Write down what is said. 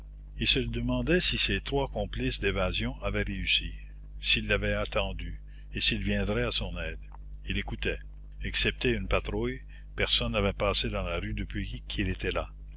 il se demandait si ses trois complices d'évasion avaient réussi s'ils l'avaient attendu et s'ils viendraient à son aide il écoutait excepté une patrouille personne n'avait passé dans la rue depuis qu'il était là